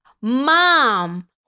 mom